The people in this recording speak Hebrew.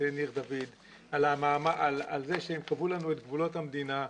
ניר דוד על זה שהם קבעו לנו את גבולות המדינה,